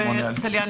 טליה,